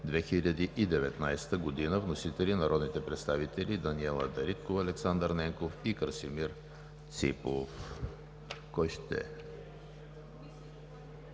2019 Г. Вносители са народните представители Даниела Дариткова, Александър Ненков и Красимир Ципов. (Реплика